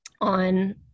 on